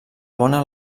bona